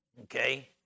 okay